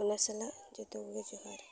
ᱚᱱᱟ ᱥᱟᱞᱟᱜ ᱡᱚᱛᱚ ᱠᱚᱜᱮ ᱡᱚᱦᱟᱨ